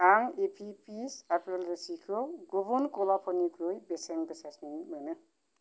आं एपि फिज आपेल रोसिखौ गुबुन गलाफोरनिख्रुइ बेसेन गोसासिन मोनो